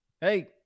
Hey